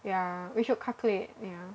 ya we should calculate yeah